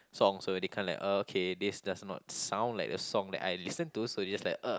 song so they kind of like okay this does not sound like the song I listen to so they just like uh